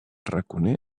raconer